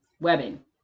webbing